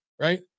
right